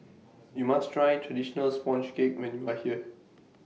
YOU must Try Traditional Sponge Cake when YOU Are here